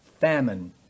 famine